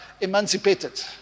emancipated